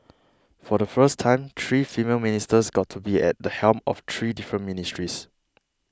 for the first time three female ministers got to be at the helm of three different ministries